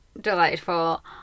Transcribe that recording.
delightful